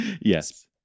Yes